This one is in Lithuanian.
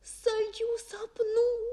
saldžių sapnų